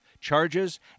charges